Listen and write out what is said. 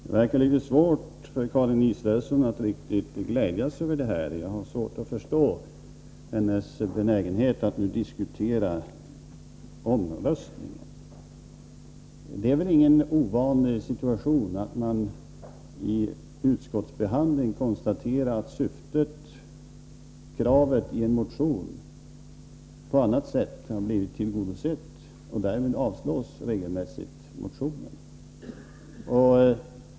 Herr talman! Det verkar litet svårt för Karin Israelsson att riktigt glädja sig över det här. Själv har jag svårt att förstå hennes benägenhet att diskutera omröstningarna. Det är ingen ovanlig situation att man i utskottet konstaterar att kravet i en motion har blivit uppfyllt på annat sätt, varpå man avstyrker motionen.